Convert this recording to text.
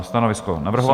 Stanovisko navrhovatele?